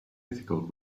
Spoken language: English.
ethical